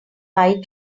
eye